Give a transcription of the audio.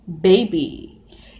baby